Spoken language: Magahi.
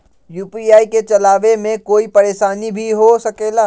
यू.पी.आई के चलावे मे कोई परेशानी भी हो सकेला?